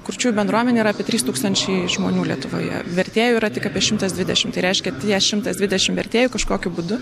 kurčiųjų bendruomenė yra apie trys tūkstančiai žmonių lietuvoje vertėjų yra tik apie šimtas dvidešimt tai reiškia tie šimtas dvidešimt vertėjų kažkokiu būdu